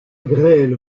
grêle